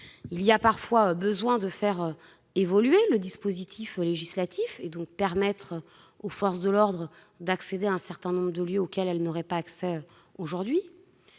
il y a parfois besoin de faire évoluer le dispositif législatif pour permettre aux forces de l'ordre d'accéder à un certain nombre de lieux dans lesquels elles ne peuvent pas entrer aujourd'hui.